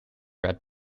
red